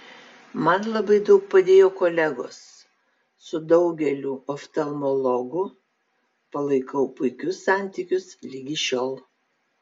man labai daug padėjo kolegos su daugeliu oftalmologų palaikau puikius santykius ligi šiol